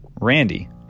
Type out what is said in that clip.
randy